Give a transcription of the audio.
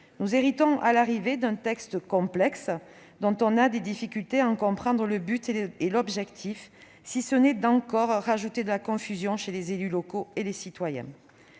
Nous héritons à l'arrivée d'un texte complexe, dont on a des difficultés à en comprendre le but et l'objectif si ce n'est qu'il ajoute encore plus de confusion chez les élus locaux et les citoyens.